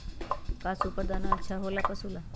का सुपर दाना अच्छा हो ला पशु ला?